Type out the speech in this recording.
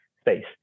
space